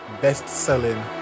best-selling